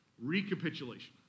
Recapitulation